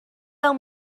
del